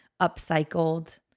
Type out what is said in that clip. upcycled